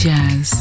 Jazz